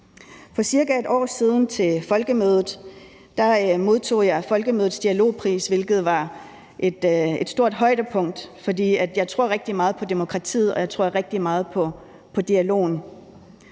For cirka et år siden til Folkemødet, modtog jeg Folkemødets dialogpris, hvilket var et stort højdepunkt, for jeg tror rigtig meget på demokratiet, og jeg tror rigtig meget på dialogen.